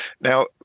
Now